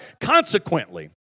Consequently